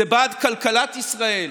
זה בעד כלכלת ישראל,